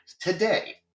Today